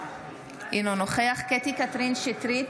אינו נוכח קטי קטרין שטרית,